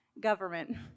government